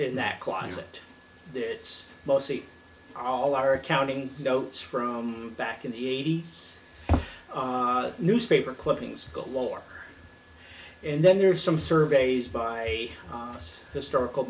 in that closet it's mostly all our accounting notes from back in the eighty's newspaper clippings war and then there's some surveys by us historical